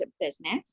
business